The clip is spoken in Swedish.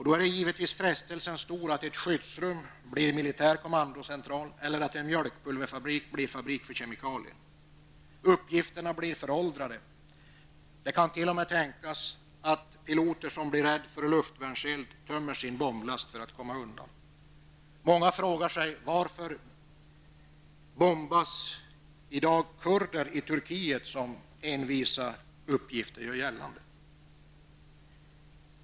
Då är givetvis frestelsen stor att ett skyddsrum blir militär kommandocentral eller att en mjölkpulverfabrik blir fabrik för kemikalier. Uppgifterna kan bli föråldrade. Det kan t.o.m. tänkas att piloter som blir rädda för luftvärnseld tömmer sin bomblast för att komma undan. Många frågar sig varför kurder i Turkiet bombas, vilket envisa uppgifter gör gällande.